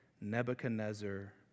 Nebuchadnezzar